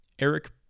Eric